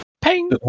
Ping